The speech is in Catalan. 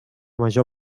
major